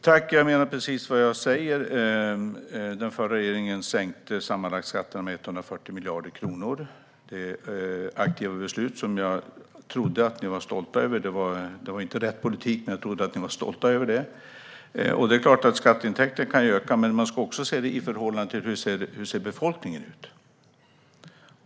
Fru talman! Jag menar precis vad jag säger. Den förra regeringen sänkte skatterna med sammanlagt 140 miljarder kronor. Det aktiva beslutet var inte rätt politik, men jag trodde att ni var stolta över det. Det är klart att skatteintäkter kan öka, men man ska se det i förhållande till hur befolkningen ser ut.